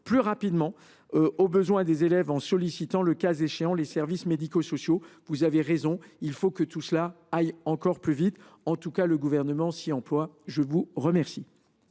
plus rapidement aux besoins des élèves, en sollicitant le cas échéant les services médico sociaux. Vous avez raison, il faut que tout cela aille encore plus vite. En tout cas, le Gouvernement s’y emploie. La parole